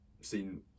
seen